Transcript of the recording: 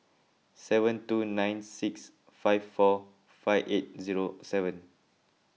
seven two nine six five four five eight zero seven